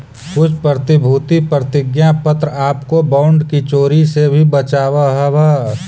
कुछ प्रतिभूति प्रतिज्ञा पत्र आपको बॉन्ड की चोरी से भी बचावअ हवअ